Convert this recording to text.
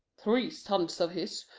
three sons of his,